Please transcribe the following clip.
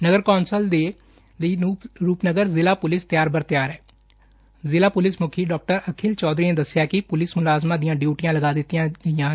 ਨਗਰ council ਚੋਣਾਂ ਦੇ ਲਈ ਰੁਪਨਗਰ ਜ਼ਿਲਾ ਪੁਲਿਸ ਤਿਆਰ ਬਰ ਤਿਆਰ ਏ ਜ਼ਿਲਾ ਪੁਲਿਸ ਮੁੱਖੀ ਡਾ ਅਖਿਲ ਚੌਧਰੀ ਨੇ ਦਸਿਆ ਕਿ ਪੁਲਿਸ ਮੁਲਾਜ਼ਮਾਂ ਦੀਆਂ ਡਿਉਟੀਆਂ ਲਗਾ ਦਿੱਤੀਆਂ ਗਈਆਂ ਨੇ